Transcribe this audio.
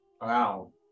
Wow